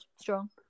Strong